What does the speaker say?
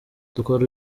dukora